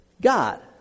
God